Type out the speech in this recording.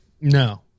No